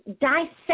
dissect